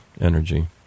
energy